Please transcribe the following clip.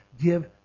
give